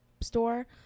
store